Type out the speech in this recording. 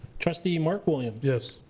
trustee mark williams? yes.